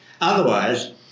Otherwise